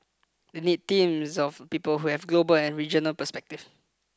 they need teams of people who have global and regional perspective